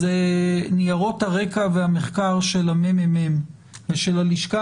אז ניירות הרקע והמחקר של הממ"מ ושל הלשכה